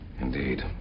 indeed